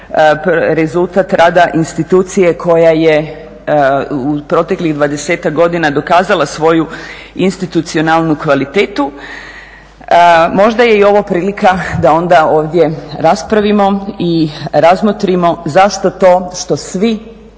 rezultat rada institucije koja je u proteklih dvadesetak godina dokazala svoju institucionalnu kvalitetu. Možda je i ovo prilika da onda ovdje raspravimo i razmotrimo zašto to što svi